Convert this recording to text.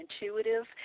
intuitive